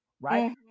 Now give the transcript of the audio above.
right